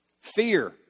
fear